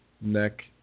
neck